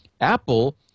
apple